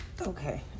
Okay